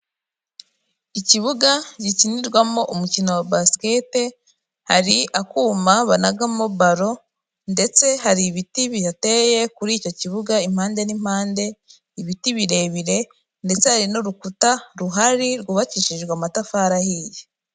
Ikibuga gikinirwamo umukino wa basikete, hari akuma banagamo balo ndetse hari ibiti biyateye kuri icyo kibuga impande n'impande, ibiti birebire ndetse hari n'urukuta ruhari rwubakishijwe amatafari ahiye.